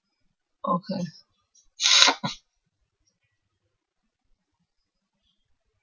okay